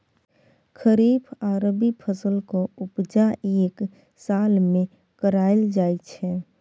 खरीफ आ रबी फसलक उपजा एक साल मे कराएल जाइ छै